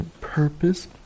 purpose